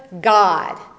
God